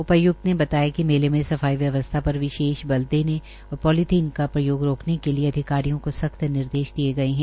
उपाय्क्त ने बताया कि मेले में सफाई व्यवस्था पर विशेष बल देने और पौलीथीन का प्रयोग रोकने के लिये अधिकारियों को सख्त निर्देश दिये गये है